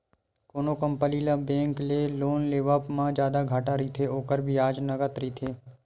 कोनो कंपनी ल बेंक ले लोन लेवब म जादा घाटा रहिथे, ओखर बियाज नँगत रहिथे